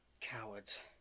Cowards